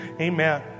Amen